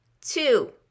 Two